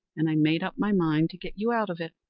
and i made up my mind to get you out of it.